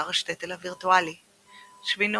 באתר השטעטל הווירטואלי שווינואוישצ'ה,